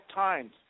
times